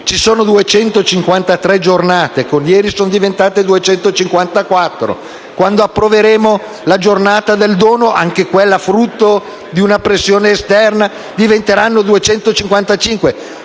giornate commemorative, che ieri sono diventate 254 e quando approveremo la giornata del dono, anche quella frutto di una pressione esterna, diventeranno 255: